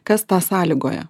kas tą sąlygoja